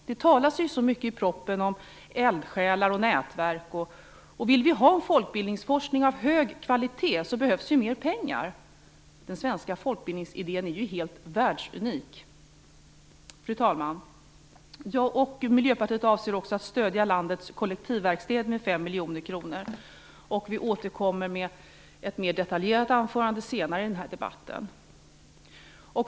Det talas i propositionen så mycket om eldsjälar och nätverk. För att ha en folkbildningsforskning av hög kvalitet behövs det mer pengar. Den svenska folkbildningsidén är ju helt världsunik. Fru talman! Jag och Miljöpartiet avser också att stödja landets kollektivverkstäder med 5 miljoner kronor. Vi återkommer med ett mer detaljerat anförande senare i den här debatten.